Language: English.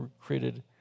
created